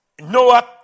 Noah